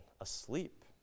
asleep